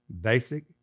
basic